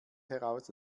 heraus